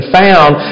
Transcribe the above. found